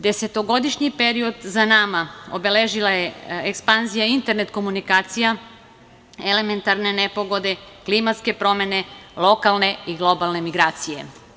Desetogodišnji period za nama obeležila je ekspanzija internet komunikacija, elementarne nepogode, klimatske promene, lokalne i globalne migracije.